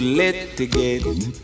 litigate